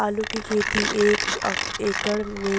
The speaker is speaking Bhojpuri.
आलू के खेती एक एकड़ मे